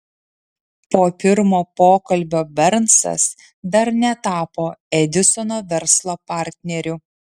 po pirmo pokalbio bernsas dar netapo edisono verslo partneriu